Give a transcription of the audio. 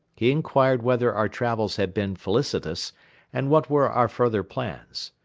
he inquired whether our travels had been felicitous and what were our further plans.